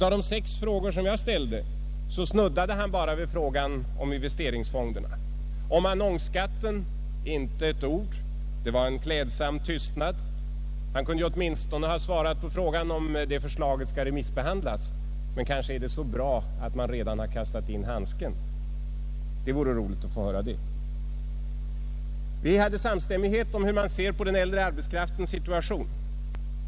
Av de sex frågor som jag ställde snuddade han bara vid frågan om investeringsfonderna. Om annonsskatten inte ett ord! Det var en klädsam tystnad. Han kunde åtminstone ha svarat på frågan om förslaget skall remissbehandlas. Men kanske är det så väl att man redan kastat in handduken. Det vore roligt att få höra det. Det råder samstämmighet mellan oss om den äldre arbetskraftens situation.